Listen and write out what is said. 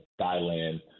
Thailand